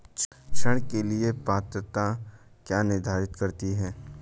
ऋण के लिए पात्रता क्या निर्धारित करती है?